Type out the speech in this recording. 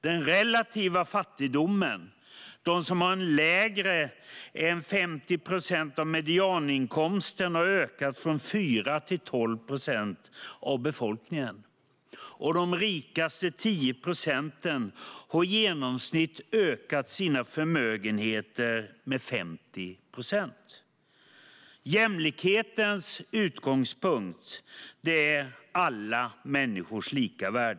Den relativa fattigdomen, de som har en lägre inkomst än 50 procent av medianinkomsten, har ökat från 4 till 12 procent av befolkningen. De rikaste 10 procenten har i genomsnitt ökat sina förmögenheter med 50 procent. Jämlikhetens utgångspunkt är alla människors lika värde.